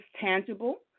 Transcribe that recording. tangible